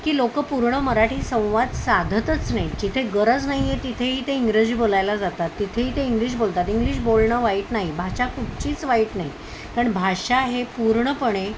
की लोकं पूर्ण मराठी संवाद साधतच नाही जिथे गरज नाहीये तिथेही ते इंग्रजी बोलायला जातात तिथेही ते इंग्लिश बोलतात इंग्लिश बोलणं वाईट नाही भाषा कुठचीच वाईट नाही कारण भाषा हे पूर्णपणे